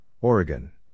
Oregon